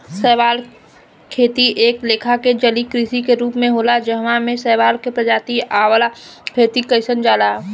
शैवाल खेती एक लेखा के जलीय कृषि के रूप होला जवना में शैवाल के प्रजाति वाला खेती कइल जाला